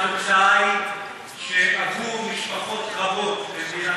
התוצאה היא שבעבור משפחות רבות במדינת